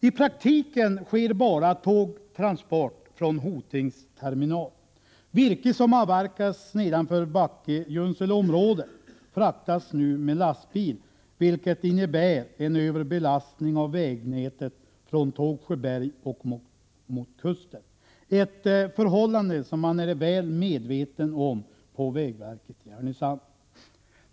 I praktiken sker emellertid tågtransport bara från Hotings terminal. Virke som avverkas nedanför Backe-Junsele-området fraktas nu med lastbil, vilket innebär en överbelastning av vägnätet från Tågsjöberg mot kusten, ett förhållande som man är väl medveten om på vägverket i Härnösand.